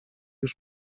już